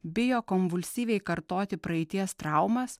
bijo komvulsyviai kartoti praeities traumas